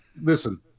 listen